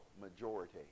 majority